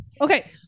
okay